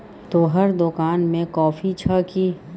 तोहर दोकान मे कॉफी छह कि?